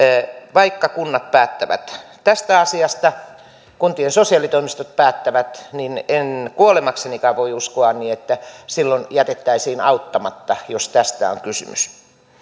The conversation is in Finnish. vaikka kunnat päättävät tästä asiasta kuntien sosiaalitoimistot päättävät niin en kuolemaksenikaan voi uskoa että silloin jätettäisiin auttamatta jos tästä on kysymys